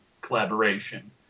collaboration